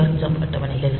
R jump அட்டவணைகள்